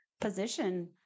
position